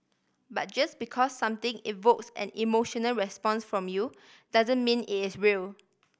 but just because something evokes an emotional response from you doesn't mean it is real